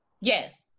Yes